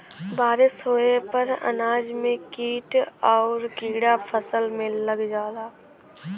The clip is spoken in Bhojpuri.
बारिस होये पर अनाज में कीट आउर कीड़ा फसल में लग जाला